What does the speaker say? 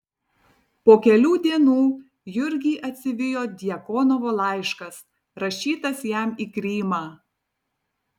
po kelių dienų jurgį atsivijo djakonovo laiškas rašytas jam į krymą